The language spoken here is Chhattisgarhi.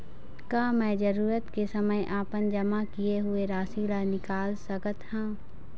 का मैं जरूरत के समय अपन जमा किए हुए राशि ला निकाल सकत हव?